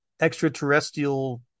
extraterrestrial